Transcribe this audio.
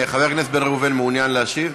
חבר הכנסת בן ראובן מעוניין להשיב?